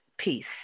Peace